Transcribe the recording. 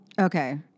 Okay